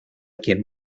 quien